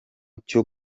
cyo